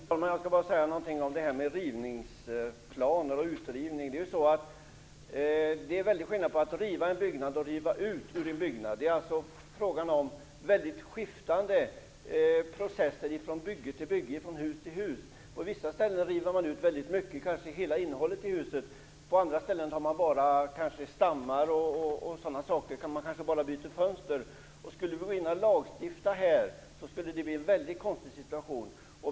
Fru talman! Jag vill bara säga något om detta med rivningsplaner och utrivning. Det är en väldig skillnad på att riva en byggnad och på att riva ut ur en byggnad. Det är alltså fråga om skiftande processer från bygge till bygge och från hus till hus. På vissa ställen river man ut väldigt mycket, kanske hela innehållet i huset. På andra ställen river man bara ut stammar eller bara byter fönster. Skulle vi gå in och lagstifta här skulle det bli en väldigt konstig situation.